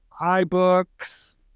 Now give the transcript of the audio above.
iBooks